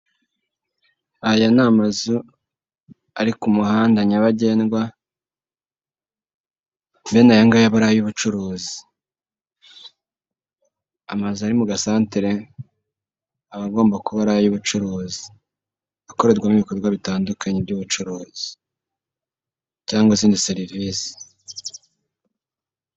Aya ni amazu ari ku muhanda nyabagendwa. Bene Aya ngaya aba ari ayubucuruzi. Amazu ari muga santere abagomba kuba ari ay'ubucuruzi. Akorerwamo ibikorwa bitandukanye by'ubucuruzi cyangwa izindi serivisi.